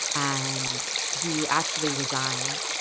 and he actually resigned